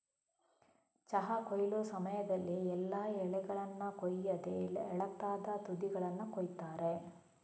ಚಹಾ ಕೊಯ್ಲು ಸಮಯದಲ್ಲಿ ಎಲ್ಲಾ ಎಲೆಗಳನ್ನ ಕೊಯ್ಯದೆ ಎಳತಾದ ತುದಿಯನ್ನ ಕೊಯಿತಾರೆ